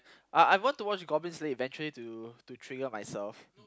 uh I want to watch goblin-slayer eventually to to trigger myself